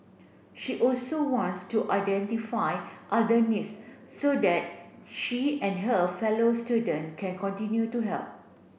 she also wants to identify other needs so that she and her fellow student can continue to help